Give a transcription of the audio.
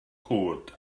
cwd